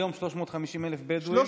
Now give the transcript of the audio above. היום 350,000 בדואים?